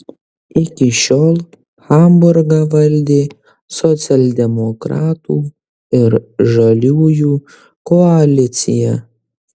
iki šiol hamburgą valdė socialdemokratų ir žaliųjų koalicija